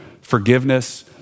forgiveness